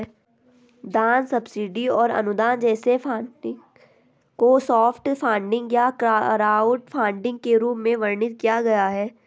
दान सब्सिडी और अनुदान जैसे फंडिंग को सॉफ्ट फंडिंग या क्राउडफंडिंग के रूप में वर्णित किया गया है